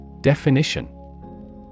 Definition